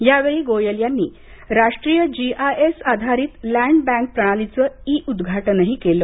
यावेळी गोयल यांनी राष्ट्रीय जीआयएस आधारित लॅंड बँक प्रणालीच ई उद्घाटनही केलं